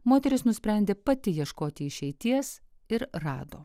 moteris nusprendė pati ieškoti išeities ir rado